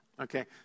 Okay